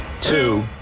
two